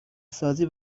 سازی